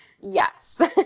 Yes